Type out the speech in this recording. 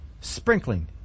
sprinkling